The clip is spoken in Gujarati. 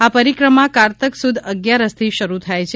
આ પરિક્રમા કારતક સુદ અગિયારશથી શરૂ થાય છે